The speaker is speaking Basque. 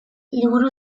liburu